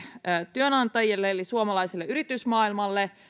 työnantajille eli suomalaiselle yritysmaailmalle